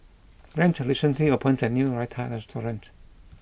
Grant recently opened a new Raita restaurant